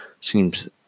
seems